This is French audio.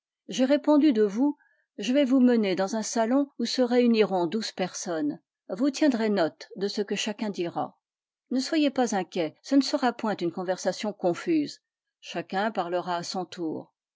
j'ai répondu de vous je vais vous mener dans un salon où se réuniront douze personnes vous tiendrez note de ce que chacun dira ne soyez pas inquiet ce ne sera point une conversation confuse chacun parlera à son tour